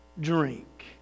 drink